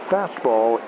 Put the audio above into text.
Fastball